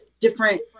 different